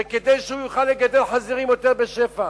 זה כדי שהוא יוכל לגדל חזירים יותר בשפע.